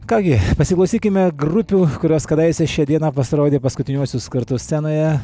ką gi pasiklausykime grupių kurios kadaise šią dieną pasirodė paskutiniuosius kartus scenoje